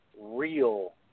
real